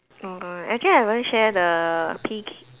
oh god actually I haven't share the peak